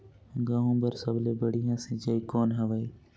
गहूं बर सबले बढ़िया सिंचाई कौन हवय?